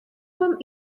fan